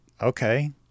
Okay